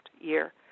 year